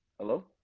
Hello